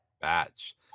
batch